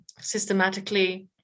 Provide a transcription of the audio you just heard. systematically